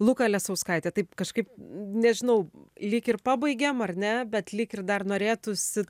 luka lesauskaitė taip kažkaip nežinau lyg ir pabaigėm ar ne bet lyg ir dar norėtųsi